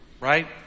Right